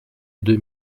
deux